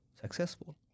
successful